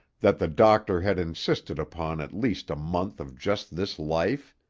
that the doctor had insisted upon at least a month of just this life.